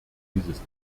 dieses